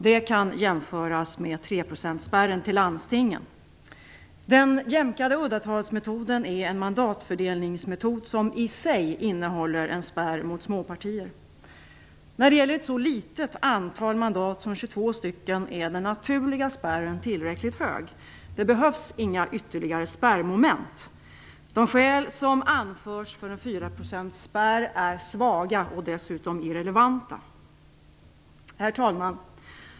Det kan jämföras med treprocentsspärren till landstingen. Den jämkade uddatalsmetoden är en mandatfördelningsmetod som i sig innehåller en spärr mot småpartier. När det gäller ett så litet antal mandat som 22 stycken är den naturliga spärren tillräckligt hög. Det behövs inga ytterligare spärrmoment. De skäl som anförs för en fyraprocentsspärr är svaga och dessutom irrelevanta. Herr talman!